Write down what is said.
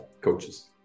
coaches